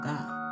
God